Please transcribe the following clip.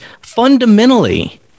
fundamentally